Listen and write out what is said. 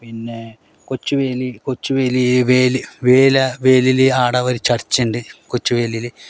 പിന്നെ Kochuveli Kochuveli വേല വേല വേലിയിൽ ആട ഒരു ചർച്ചുണ്ട് കൊച്ചു വേലിയിൽ